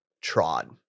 Trod